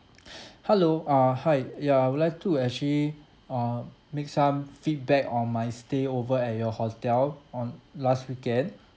hello uh hi ya I would like to actually uh make some feedback on my stay over at your hotel on last weekend